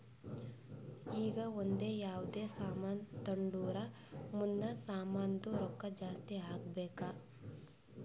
ಈಗ ಒಂದ್ ಯಾವ್ದೇ ಸಾಮಾನ್ ತೊಂಡುರ್ ಮುಂದ್ನು ಸಾಮಾನ್ದು ರೊಕ್ಕಾ ಜಾಸ್ತಿ ಆಗ್ಬೇಕ್